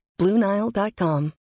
BlueNile.com